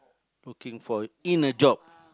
looking for in a job